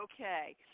Okay